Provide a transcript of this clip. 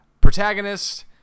Protagonist